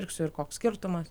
pirksiu ir koks skirtumas